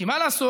כי מה לעשות,